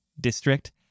district